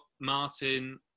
Martin